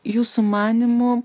jūsų manymu